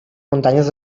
muntanyes